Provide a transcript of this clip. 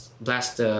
blast